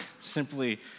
simply